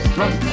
run